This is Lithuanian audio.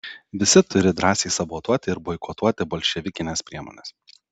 visi turi drąsiai sabotuoti ir boikotuoti bolševikines priemones